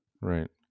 Right